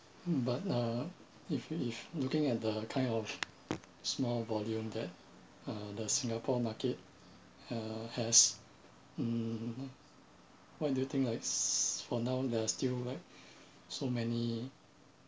but uh if if looking at the kind of small volume that uh the singapore market uh has mm what do you think like s~ for now there are still like so many